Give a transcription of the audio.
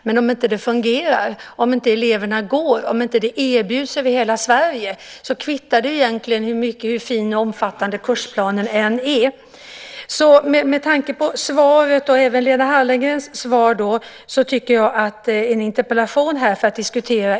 Men om det inte fungerar, eleverna inte går utbildningarna och de inte erbjuds över hela Sverige kvittar det hur fin och omfattande kursplanen än är. Med tanke på svaret och även Lena Hallengrens svar tycker jag det är på sin plats med en interpellation för att diskutera.